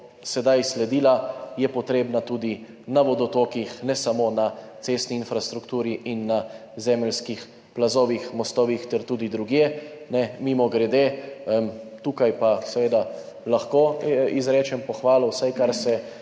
sedaj sledila, je potrebna tudi na vodotokih, ne samo na cestni infrastrukturi in na zemeljskih plazovih, mostovih, ter tudi drugje. Mimogrede, tukaj pa seveda lahko izrečem pohvalo, vsaj kar se